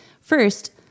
First